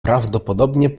prawdopodobnie